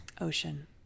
Ocean